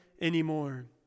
anymore